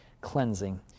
cleansing